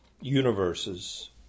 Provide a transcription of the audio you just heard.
universes